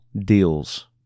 deals